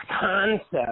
concept